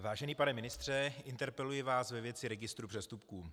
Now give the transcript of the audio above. Vážený pane ministře, interpeluji vás ve věci registru přestupků.